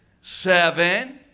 seven